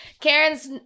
Karen's